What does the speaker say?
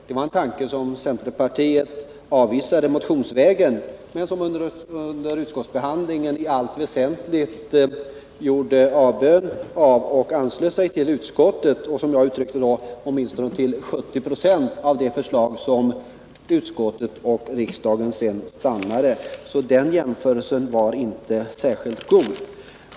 Det var en tanke som centerpartiet avvisade motionsvägen, men under utskottsbehandlingen gjorde centerpartisterna i allt väsentligt avbön och anslöt sig, som jag då uttryckte det, till åtminstone 70 926 till det förslag som utskottet och riksdagen sedan stannade för. Jämförelsen var alltså inte särskilt god.